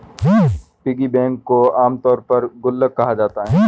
piggy bank को आमतौर पर गुल्लक कहा जाता है